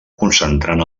concentrant